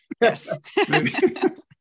Yes